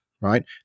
right